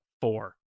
four